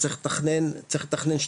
וצריך לתכנן 2.6